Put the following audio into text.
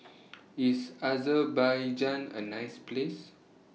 IS Azerbaijan A nice Place